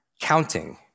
counting